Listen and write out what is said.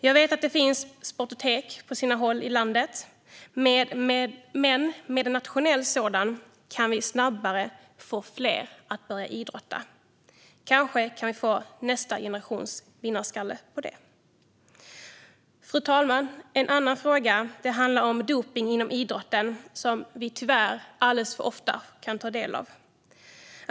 Jag vet att det finns sportotek på sina håll i landet, men med ett nationellt sådant kan vi snabbare få fler att börja idrotta. Kanske kan vi få nästa generations vinnarskalle på det sättet. Fru talman! En annan fråga är dopning inom idrotten, som vi tyvärr alldeles för ofta får höra talas om.